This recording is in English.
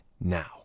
now